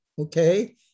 okay